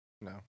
no